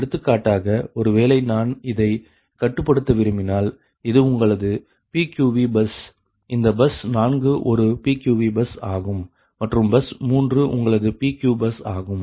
எடுத்துக்காட்டாக ஒருவேளை நான் இதை கட்டுப்படுத்த விரும்பினால் இது உங்களது PQV பஸ் இந்த பஸ் 4 ஒரு PQVபஸ் ஆகும் மற்றும் பஸ் 3 உங்களது PQபஸ் ஆகும்